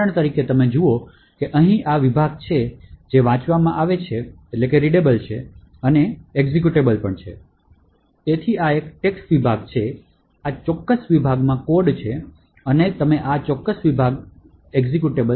ઉદાહરણ તરીકે તમે જુઓ કે અહીં આ વિભાગ છે જે વાંચવામાં આવે છે અને એક્ઝેક્યુટેબલ છે તેથી આ એક text વિભાગ છે આ ચોક્કસ વિભાગમાં કોડ છે અને તમે આ ચોક્કસ વિભાગમાંથી ચલાવશો